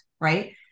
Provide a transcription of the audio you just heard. Right